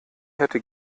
hätte